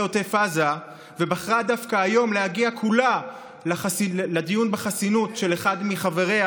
עוטף עזה ובחרה דווקא היום להגיע כולה לדיון בחסינות של אחד מחבריה,